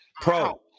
pro